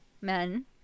men